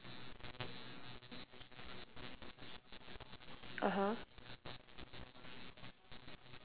(uh huh)